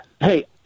Hey